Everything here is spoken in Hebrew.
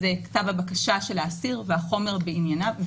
זה כתב הבקשה של האסיר והחומר בענייניו,